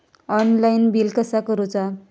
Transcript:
Online bill कसा करुचा?